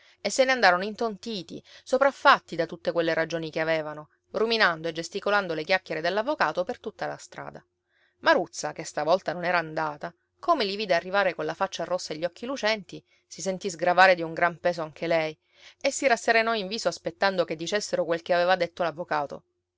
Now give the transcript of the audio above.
e se ne andarono intontiti sopraffatti da tutte quelle ragioni che avevano ruminando e gesticolando le chiacchiere dell'avvocato per tutta la strada maruzza che stavolta non era andata come li vide arrivare colla faccia rossa e gli occhi lucenti si sentì sgravare di un gran peso anche lei e si rasserenò in viso aspettando che dicessero quel che aveva detto